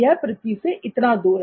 वह पृथ्वी से इतना दूर है